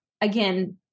again